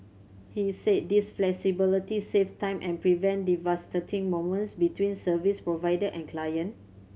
he say this flexibility save time and prevent devastating moments between service provider and client